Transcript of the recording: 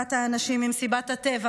חטיפת האנשים ממסיבת הטבע,